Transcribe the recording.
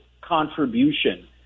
contribution